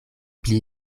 pli